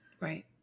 right